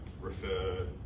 refer